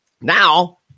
now